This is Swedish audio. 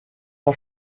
har